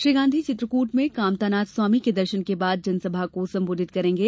श्री गांधी चित्रकट में कामतानाथ स्वामी के दर्शन के बाद जनसभा को संबोधित करेंगे